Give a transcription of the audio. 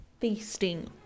feasting